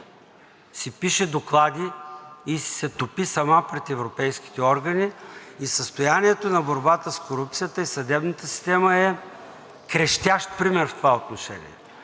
си пише доклади и си се топи сама пред европейските органи и състоянието на борбата с корупцията и съдебната система е крещящ пример в това отношение.